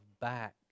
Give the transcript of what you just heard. back